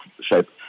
shape